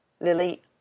lily